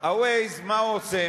מה הוא עושה?